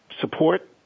support